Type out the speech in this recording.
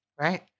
Right